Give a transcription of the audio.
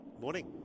Morning